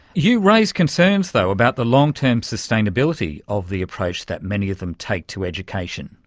you raise concerns though about the long-term sustainability of the approach that many of them take to education.